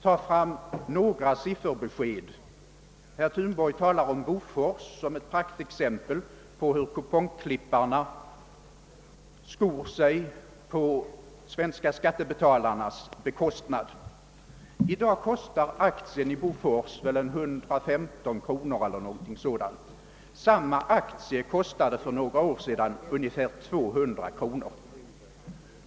Herr Thunborg talar om Bofors som ett praktexempel på hur kupongklipparna skor sig på de svenska skattebetalarnas bekostnad. I dag kostar en aktie i Bofors omkring 115 kronor medan samma aktie för några år sedan kostade ungefär 200 kronor.